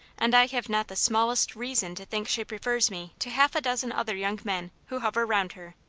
and i have not the smallest reason to think she prefers me to half-a-dozen other young men who hover round her.